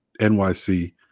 nyc